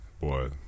Boy